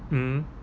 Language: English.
mm